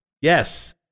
Yes